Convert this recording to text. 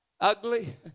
Ugly